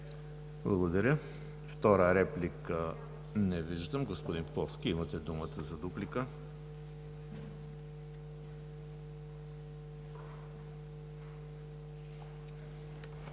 Благодаря. Втора реплика? Не виждам. Господин Поповски, имате думата за дуплика.